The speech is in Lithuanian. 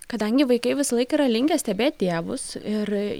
kadangi vaikai visą laik yra linkę stebėt tėvus ir